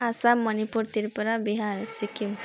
Assam Manipur Tripura Bihar Sikkim